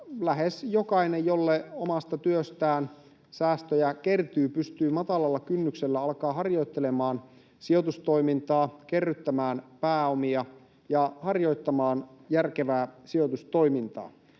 lähes jokainen, jolle omasta työstään säästöjä kertyy, pystyy matalalla kynnyksellä alkaa harjoittelemaan sijoitustoimintaa, kerryttämään pääomia ja harjoittamaan järkevää sijoitustoimintaa.